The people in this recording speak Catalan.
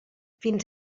fins